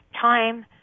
Time